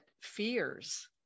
fears